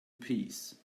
peas